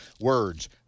words